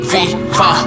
Viva